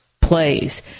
plays